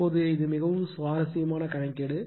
இப்போது இது மிகவும் சுவாரஸ்யமான கணக்கீடு